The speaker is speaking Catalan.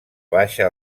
baixa